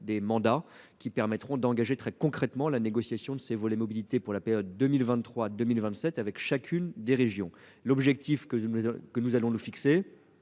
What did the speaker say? des mandats qui permettront d'engager très concrètement la négociation des volets mobilité pour la période 2023-2027 avec chacune des régions. L'objectif que nous allons nous fixer,